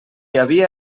havia